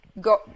go